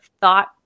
thought